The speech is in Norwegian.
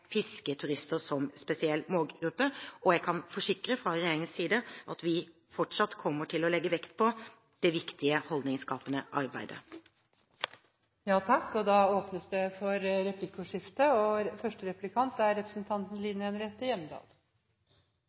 fisketurister som spesiell målgruppe. Jeg kan fra regjeringens side forsikre om at vi fortsatt kommer til å legge vekt på det viktige holdningsskapende arbeidet. Det blir åpnet for replikkordskifte. Jeg er enig med statsråden i at det er